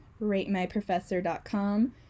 RateMyProfessor.com